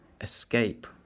escape